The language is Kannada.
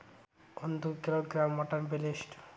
ಒಂದು ಕಿಲೋಗ್ರಾಂ ಮಟನ್ ಬೆಲೆ ಎಷ್ಟ್?